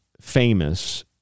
famous